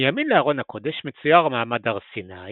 מימין לארון הקודש מצויר מעמד הר סיני